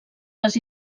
les